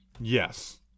Yes